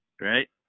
right